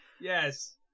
Yes